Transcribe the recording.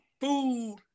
food